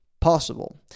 possible